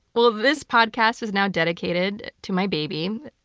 well, this podcast is now dedicated to my baby.